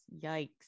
yikes